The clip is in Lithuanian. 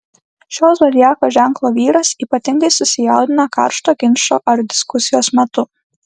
šio zodiako ženklo vyras ypatingai susijaudina karšto ginčo ar diskusijos metu